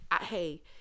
hey